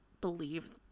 believe